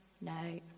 No